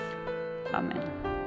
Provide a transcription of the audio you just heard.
amen